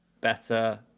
better